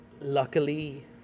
Luckily